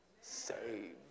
save